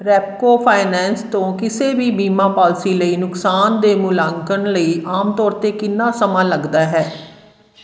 Repco Finance ਤੋਂ ਕਿਸੇ ਵੀ ਬੀਮਾ ਪਾਲਿਸੀ ਲਈ ਨੁਕਸਾਨ ਦੇ ਮੁਲਾਂਕਣ ਲਈ ਆਮ ਤੌਰ 'ਤੇ ਕਿੰਨਾ ਸਮਾਂ ਲੱਗਦਾ ਹੈ